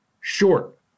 short